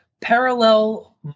parallel